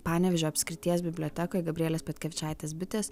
panevėžio apskrities bibliotekoj gabrielės petkevičaitės bitės